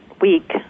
week